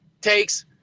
takes